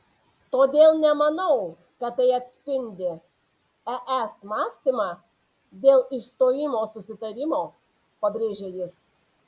todėl nemanau kad tai atspindi es mąstymą dėl išstojimo susitarimo pabrėžė jis